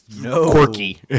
quirky